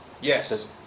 Yes